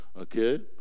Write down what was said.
okay